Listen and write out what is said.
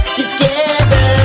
together